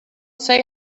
say